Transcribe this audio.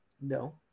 No